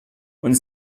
und